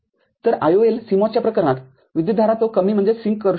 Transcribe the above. तर IOL CMOS च्या प्रकरणात विद्युतधारा तो कमी करू शकतो